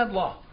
law